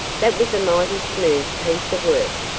that was a mighty smooth piece of work,